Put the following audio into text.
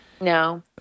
No